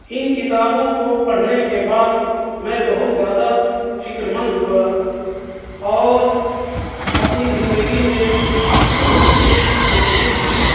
ان کتابوں کو پڑھنے کے بعد میں بہت زیادہ فکرمند ہوا اور اپنی زندگی میں بہت کچھ محسوس کیا